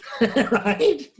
Right